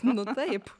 nu taip